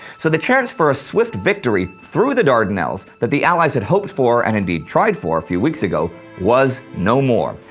so the chance for a swift victory through the dardanelles that the allies had hoped for and indeed tried for a few weeks ago was no more,